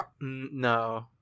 No